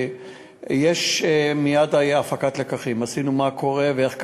יש מייד הפקת לקחים: מה קורה ואיך קרה.